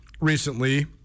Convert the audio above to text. recently